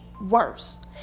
worse